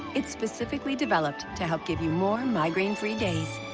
it's specifically developed to help give you more and migraine-free days.